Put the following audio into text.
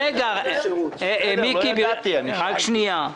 לא ידעתי, אני שאלתי.